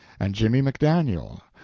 and jimmy macdaniel,